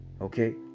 okay